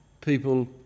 people